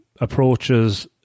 approaches